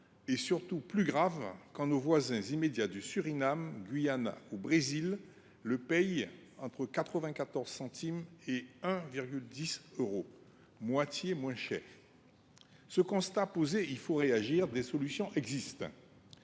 l’Hexagone. Plus grave, nos voisins immédiats du Suriname, du Guyana et du Brésil le payent entre 94 centimes et 1,10 euro – moitié moins cher ! Ce constat posé, il faut réagir, et des solutions existent.